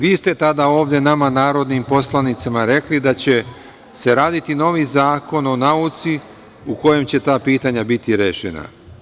Vi ste tada ovde nama, narodnim poslanicima, rekli da će se raditi novi Zakon o nauci u kojem će ta pitanja biti rešena.